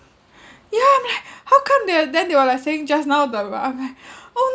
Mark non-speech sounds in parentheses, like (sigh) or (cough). (breath) yeah I'm like (breath) how come they are then they were like saying just now the ride up there oh